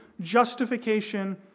justification